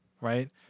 right